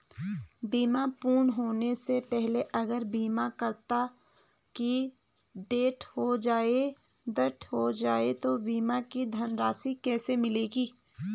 बीमा पूर्ण होने से पहले अगर बीमा करता की डेथ हो जाए तो बीमा की धनराशि किसे मिलेगी?